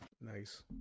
nice